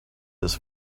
his